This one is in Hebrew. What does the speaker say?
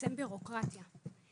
לצמצם בירוקרטיה כמה שיותר,